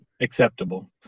acceptable